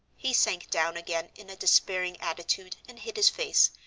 he sank down again in a despairing attitude and hid his face,